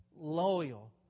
loyal